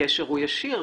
הקשר הוא ישיר,